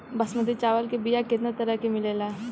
बासमती चावल के बीया केतना तरह के मिलेला?